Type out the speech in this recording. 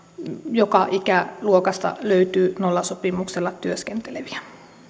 joka ikäluokasta löytyy nollasopimuksella työskenteleviä